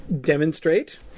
demonstrate